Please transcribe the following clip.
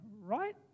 right